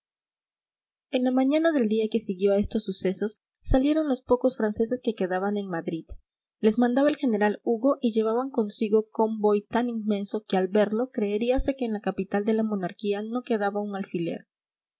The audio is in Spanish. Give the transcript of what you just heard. en la mañana del día que siguió a estos sucesos salieron los pocos franceses que quedaban en madrid les mandaba el general hugo y llevaban consigo convoy tan inmenso que al verlo creeríase que en la capital de la monarquía no quedaba un alfiler